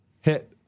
hit